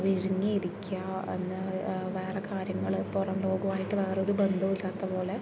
വിഴുങ്ങി ഇരിക്കുക എന്ന് വേറെ കാര്യങ്ങൾ പുറം ലോകവുമായിട്ട് വേറൊരു ബന്ധവും ഇല്ലാത്ത പോലെ